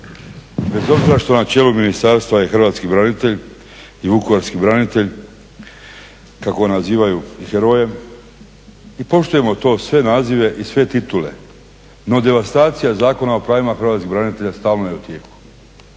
bez obzira što na čelu ministarstva je hrvatski branitelj i vukovarski branitelj, kako nazivaju heroje i poštujemo to, sve nazive i sve titule, no devastacija Zakona o pravima hrvatskih branitelja stalno je u tijeku.